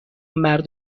مرد